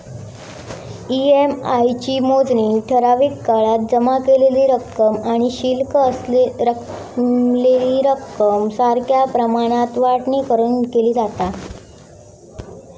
EMI ची मोजणी ठराविक काळात जमा केलेली रक्कम आणि शिल्लक रवलेली रक्कम सारख्या प्रमाणात वाटणी करून केली जाता